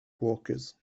walkers